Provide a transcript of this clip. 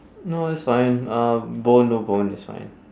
no it's fine um bone no bone is fine